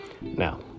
Now